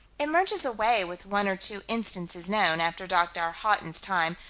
it merges away with one or two instances known, after dr. haughton's time,